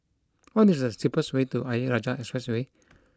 what is the cheapest way to Ayer Rajah Expressway